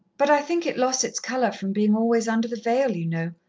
but i think it lost its colour from being always under the veil, you know.